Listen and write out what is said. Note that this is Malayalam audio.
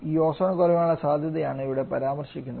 ഈ ഓസോൺ കുറയാനുള്ള സാധ്യതയെയാണ് ഇവിടെ പരാമർശിക്കുന്നത്